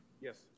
Yes